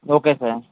okay sir